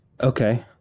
Okay